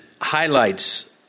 highlights